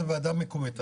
זו ועדה מקומית.